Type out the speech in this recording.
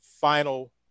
final